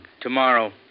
Tomorrow